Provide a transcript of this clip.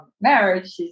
marriage